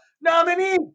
nominee